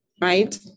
right